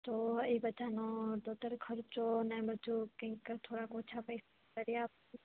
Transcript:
તો એ બધાંનો ટોટલ ખર્ચો અને બધું કંઈક થોડાક ઓછા પૈસા કરી આપશો